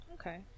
Okay